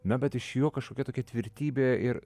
na bet iš jo kažkokia tokia tvirtybė ir